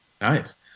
Nice